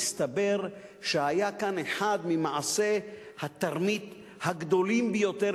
יסתבר שהיה כאן אחד ממעשי התרמית הגדולים ביותר,